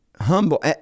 humble